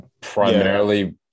Primarily